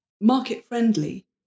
market-friendly